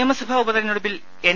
നിയമസഭാ ഉപതെരഞ്ഞെടുപ്പിൽ എൻ